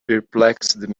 perplexed